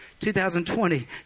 2020